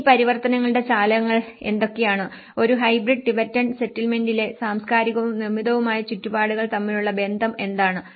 ഈ പരിവർത്തനങ്ങളുടെ ചാലകങ്ങൾ എന്തൊക്കെയാണ് ഒരു ഹൈബ്രിഡ് ടിബറ്റൻ സെറ്റിൽമെന്റിലെ സാംസ്കാരികവും നിർമ്മിതവുമായ ചുറ്റുപാടുകൾ തമ്മിലുള്ള ബന്ധം എന്താണ്